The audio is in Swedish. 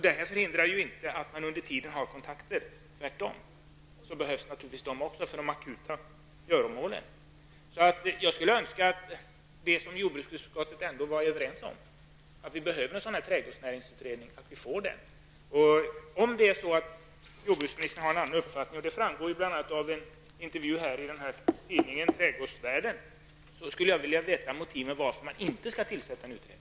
Detta förhindrar inte att man under tiden har kontakter, tvärtom. Sådana kontakter behövs naturligtvis också för de akuta göromålen. Jag skulle önska att det som jordbruksutskottet ändå var överens om sker, nämligen att en trädgårdsnäringsutredning tillsätts. Om jordbruksministern har en annan uppfattning, vilket bl.a. framgår av en intervju i tidningen Trädgårdsvärlden, skulle jag vilja veta vilka motiv som finns för att inte tillsätta en utredning.